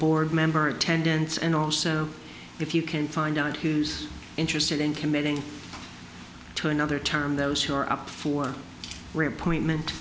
board member attendance and also if you can find out who's interested in committing to another term those who are up for where point meant